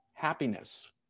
happiness